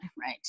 right